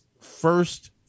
first